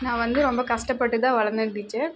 நான் வந்து ரொம்ப கஷ்டப்பட்டுதான் வளர்ந்தேன் டீச்சர்